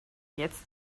jetzt